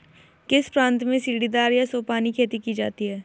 किस प्रांत में सीढ़ीदार या सोपानी खेती की जाती है?